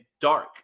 dark